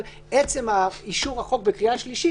אבל עצם אישור החוק בקריאה השלישית